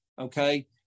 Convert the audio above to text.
Okay